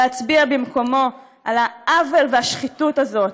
להצביע במקומו על העוול והשחיתות הזאת.